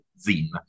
Zin